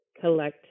collect